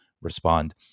respond